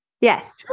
Yes